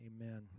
amen